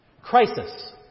Crisis